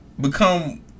become